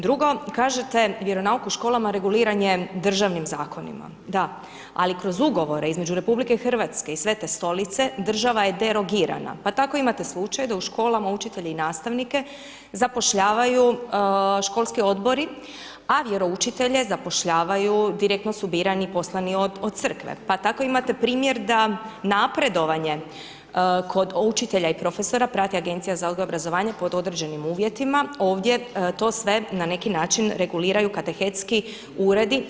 Drugo, kažete, vjeronauk u školama reguliran je državnim zakonima, da, ali kroz ugovore između RH i Svete Stolice država je derogirana, pa tako imate slučaj da u školama učitelje i nastavnike zapošljavaju školski Odbori, a vjeroučitelje zapošljavaju direktno su birani poslani od crkve, pa tako imate primjer da napredovanje kod učitelja i profesora prati Agencija za odgoj i obrazovanje pod određenim uvjetima, ovdje to sve na neki način reguliraju katehetski uredi.